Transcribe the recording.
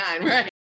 right